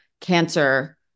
Cancer